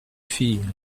fille